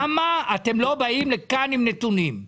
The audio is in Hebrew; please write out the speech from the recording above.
למה אתם לא באים לכאן עם נתונים,